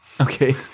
okay